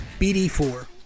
BD4